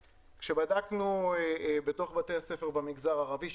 בדקנו בתוך בתי הספר במגזר הערבי,